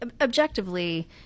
objectively